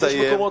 נא לסיים.